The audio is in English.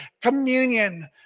communion